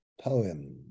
poem